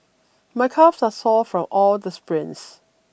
my calves are sore from all the sprints